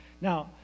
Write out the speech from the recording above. Now